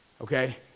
okay